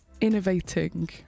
innovating